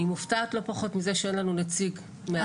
אני מופתעת לא פחות מזה שאין לנו נציג מהאוצר פה.